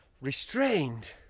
restrained